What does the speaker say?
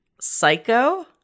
Psycho